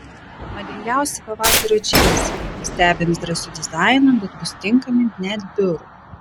madingiausi pavasario džinsai stebins drąsiu dizainu bet bus tinkami net biurui